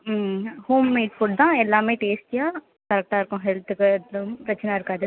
ம் home made food தான் எல்லாமே டேஸ்ட்டியாக கரெக்டாக இருக்கும் ஹெல்த்துக்கு எதுவும் பிரச்சனை இருக்காது